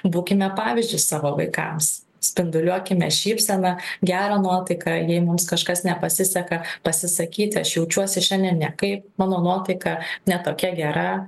būkime pavyzdžiu savo vaikams spinduliuokime šypseną gerą nuotaiką jei mums kažkas nepasiseka pasisakyti aš jaučiuosi šiandien ne kaip mano nuotaika ne tokia gera